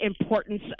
importance